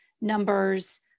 numbers